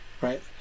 Right